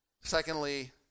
Secondly